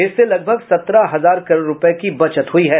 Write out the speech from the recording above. इससे लगभग सत्रह हजार करोड़ रुपये की बचत हुई है